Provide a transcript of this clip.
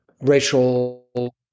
racial